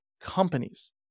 companies